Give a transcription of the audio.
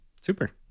Super